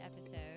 episode